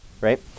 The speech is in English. right